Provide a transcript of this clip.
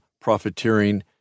profiteering